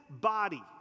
body